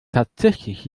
tatsächlich